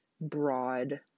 broad